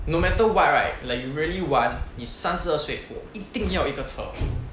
no matter what right like you really want 你三十二岁一定要一个车